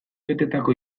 betetako